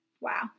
Wow